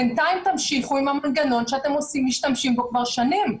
בינתיים תמשיכו עם המנגנון שאתם משתמשים בו כבר שנים.